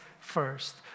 first